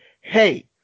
hey